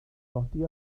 godi